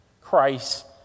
Christ